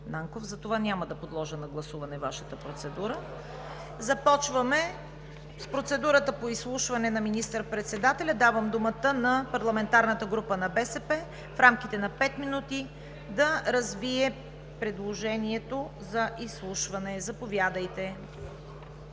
затова няма да подложа на гласуване Вашата процедура. Започваме с процедурата по изслушването на министър председателя. Давам думата на парламентарната група на БСП в рамките на пет минути да развие предложението за изслушване. Заповядайте,